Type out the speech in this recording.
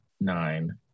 nine